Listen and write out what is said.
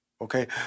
Okay